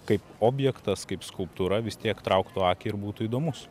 kaip objektas kaip skulptūra vis tiek trauktų akį ir būtų įdomus